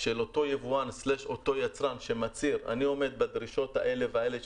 של אותו יבואן/יצרן שמצהיר: אני עומד בדרישות האלה והאלה,